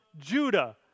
Judah